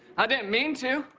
i didn't mean to,